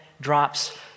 drops